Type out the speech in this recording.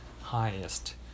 highest